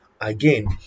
Again